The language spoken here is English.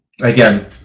again